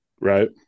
Right